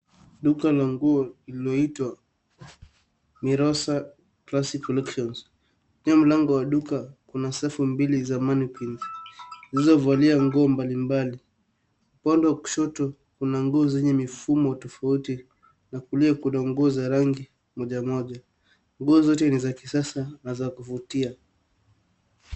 Duka la nguo lililoitwa,(cs)Mirosa classy collections(cs).Nyuma ya mlango wa duka kuna safu mbili za maniquinns .Zilizovalia nguo mbalimbali. Upande wa kushoto, kuna nguo zenye mifumo tofauti. Na kulia kuna nguo za rangi moja moja. Nguo zote ni za kisasa na za kuvutia.